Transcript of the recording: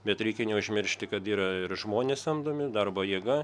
bet reikia neužmiršti kad yra ir žmonės samdomi darbo jėga